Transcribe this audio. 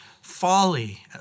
Folly